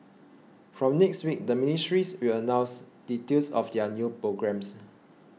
from next week the ministries will announce details of their new programmes